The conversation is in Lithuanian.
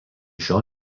šiol